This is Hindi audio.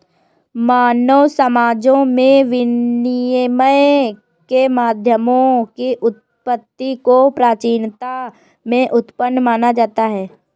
मानव समाजों में विनिमय के माध्यमों की उत्पत्ति को प्राचीनता में उत्पन्न माना जाता है